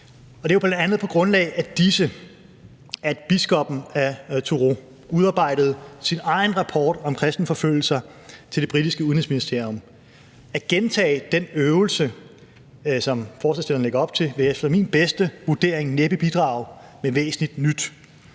det var bl.a. på grundlag af disse, at biskoppen af Truro udarbejdede sin egen rapport om kristenforfølgelser til det britiske udenrigsministerium. At gentage den øvelse, som forslagsstillerne lægger op til, vil efter min bedste vurdering næppe bidrage med væsentligt nyt.